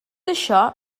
això